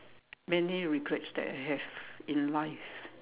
many regrets that I have in life